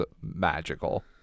magical